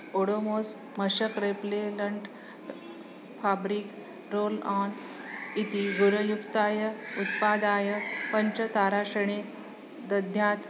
ओडोमोस् मशक repellent fabric roll on इति गुणयुक्ताय उत्पादाय पञ्चताराश्रेणीन् दध्यात्